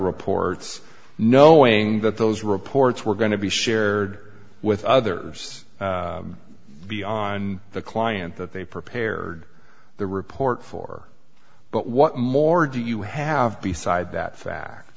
reports knowing that those reports were going to be shared with others beyond the client that they prepared the report for but what more do you have beside that fact